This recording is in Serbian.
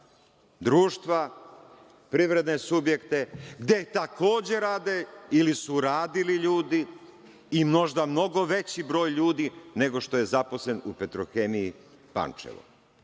društva, privredne subjekte, gde takođe rade ili su radili ljudi i možda mnogo veći broj ljudi nego što je zaposleno u Petrohemiji Pančevo.